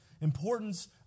Importance